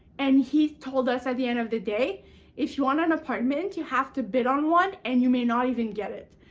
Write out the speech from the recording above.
and, he told us at the end of the day if you want an apartment, you have to bid on one, and you may not even get it.